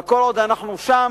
אבל כל עוד אנחנו שם,